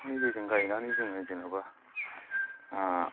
अखानि दैजों गायनानै जोङो जेन'बा ओ